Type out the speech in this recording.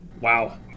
Wow